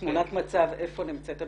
תמונת מצב, איפה נמצאת הבדיקה.